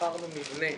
שכרנו מבנה.